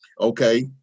okay